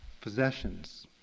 possessions